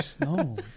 No